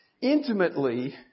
intimately